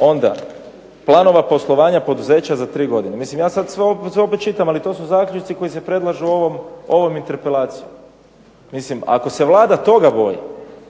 Onda, planova poslovanja poduzeća za tri godine. Mislim, ja sad sve opet čitam ali to su zaključci koji se predlažu ovom interpelacijom. Ako se Vlada toga boji